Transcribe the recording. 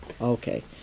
Okay